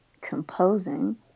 composing